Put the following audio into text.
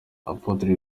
apotre